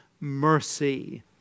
mercy